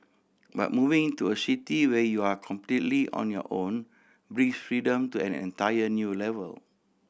but moving to a city where you're completely on your own brings freedom to an entire new level